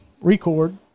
record